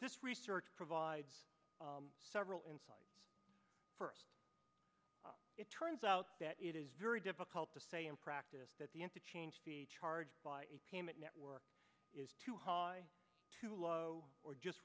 this research provides several insight first it turns out that it is very difficult to say in practice that the end to change the charge by a payment network is too high or too low or just